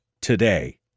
today